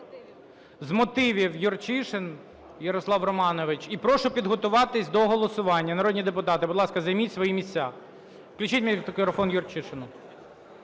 З мотивів – Юрчишин Ярослав Романович. І прошу підготуватись до голосування. Народні депутати, будь ласка, займіть свої місця. Включіть мікрофон Юрчишину.